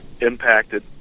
impacted